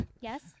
Yes